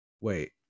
Wait